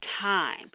time